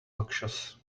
noxious